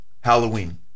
Halloween